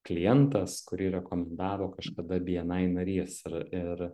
klientas kurį rekomendavo kažkada bni narys ir ir